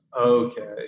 okay